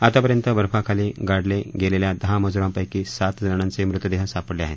आतापर्यंत बर्फाखाली गाडले गेलेल्या दहा मंजूरांपैकी सात जणांचे मृतदेह सापडले आहेत